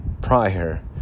prior